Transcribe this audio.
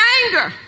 anger